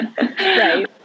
Right